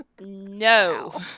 No